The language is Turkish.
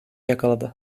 yakaladı